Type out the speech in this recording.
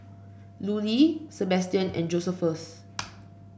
Lulie Sebastian and Josephus